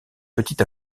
petit